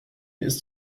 ist